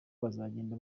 bazagenda